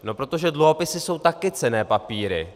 No protože dluhopisy jsou také cenné papíry.